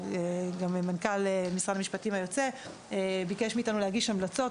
מנכ"ל משרד המשפטים היוצא ביקש מאיתנו להגיש המלצות.